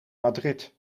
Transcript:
madrid